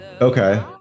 Okay